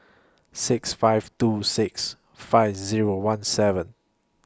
six five two six five Zero one seven